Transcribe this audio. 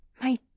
My